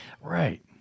Right